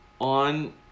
on